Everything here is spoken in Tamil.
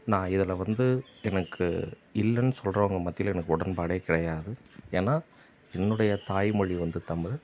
நான் இதில் வந்து எனக்கு இல்லைன்னு சொல்றவங்க மத்தியில் எனக்கு உடன்பாடே கிடையாது ஏன்னால் என்னுடைய தாய்மொழி வந்து தமிழ்